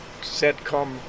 SATCOM